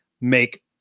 make